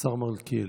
השר מלכיאלי.